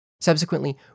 Subsequently